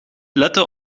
letten